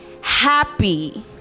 happy